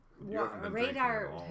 Radar